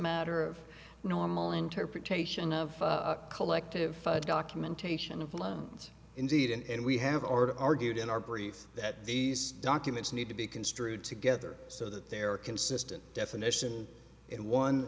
matter of normal interpretation of collective documentation of loans indeed and we have already argued in our brief that these documents need to be construed together so that they are consistent definition in one